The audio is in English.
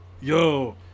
Yo